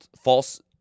false